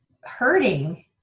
hurting